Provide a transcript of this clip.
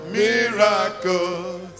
miracles